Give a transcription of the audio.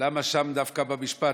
למה שם דווקא, במשפט?